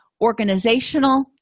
organizational